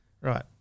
Right